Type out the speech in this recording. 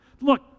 Look